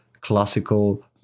classical